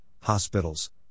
hospitals